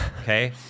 Okay